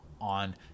on